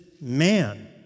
man